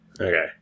Okay